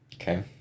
Okay